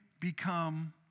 become